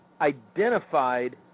identified